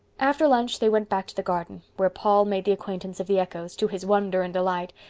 after lunch they went back to the garden, where paul made the acquaintance of the echoes, to his wonder and delight,